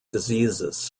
diseases